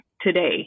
today